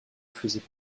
faisait